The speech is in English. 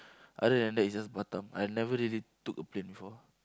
other than that it's just Batam I never really took a plane before